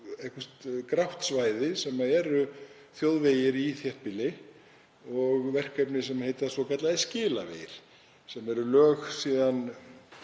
eitthvert grátt svæði sem eru þjóðvegir í þéttbýli og verkefni sem heita svokallaðir Skilavegir sem eru lög síðan